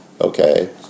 Okay